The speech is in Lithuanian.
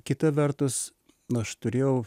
kita vertus aš turėjau